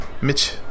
Mitch